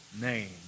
name